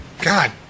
God